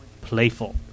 playful